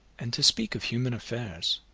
and, to speak of human affairs,